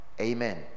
amen